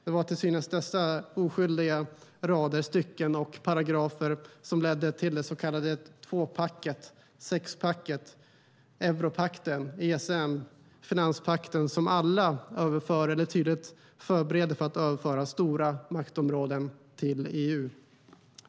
Det var dessa till synes oskyldiga rader, stycken och paragrafer som ledde fram till tvåpacket, sexpacket, europakten, ESM och finanspakten, som alla överför - eller tydligt förbereder för att överföra - stora maktområden till EU.